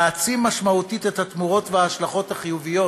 שתעצים משמעותית את התמורות וההשלכות החיוביות